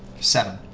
seven